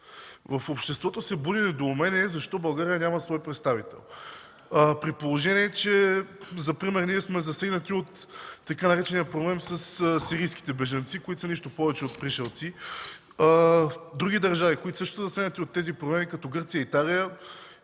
В обществото буди недоумение защо България няма свой представител, при положение че например ние сме застигнати от така наречения „проблем” със сирийските бежанци, които не са нищо повече от пришълци. Други държави, които също са засегнати от тези проблеми, като Гърция и Италия,